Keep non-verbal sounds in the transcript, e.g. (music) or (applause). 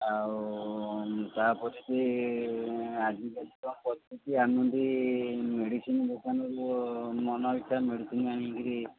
ଆଉ ତା'ପରେ ବି ଆଜିକାଲି (unintelligible) ପରିସ୍ଥିତି ଆମେ ବି ମେଡ଼ିସିନ ଦୋକାନରୁ ମନଇଚ୍ଛା ମେଡ଼ିସିନ ଆଣିକିରି